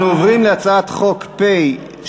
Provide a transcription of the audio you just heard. אנחנו עוברים להצעת חוק פ/298,